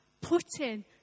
putting